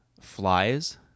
flies